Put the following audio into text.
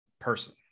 person